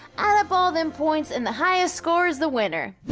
add up all them points and the highest score is the winner.